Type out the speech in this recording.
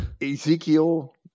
Ezekiel